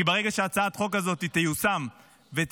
כי ברגע שהצעת החוק הזאת תיושם ותהיה